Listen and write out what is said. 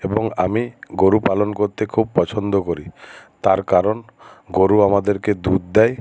এবং আমি গরু পালন করতে খুব পছন্দ করি তার কারণ গরু আমাদেরকে দুধ দেয়